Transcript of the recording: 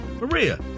Maria